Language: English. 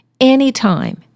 anytime